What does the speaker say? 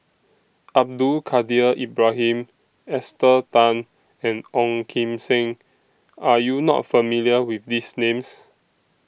Abdul Kadir Ibrahim Esther Tan and Ong Kim Seng Are YOU not familiar with These Names